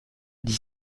dix